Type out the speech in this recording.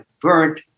burnt